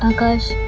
good